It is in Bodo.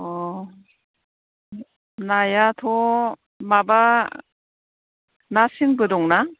अह नायाथ' माबा ना सेंबो दं ना